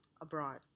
abroad